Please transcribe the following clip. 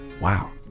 wow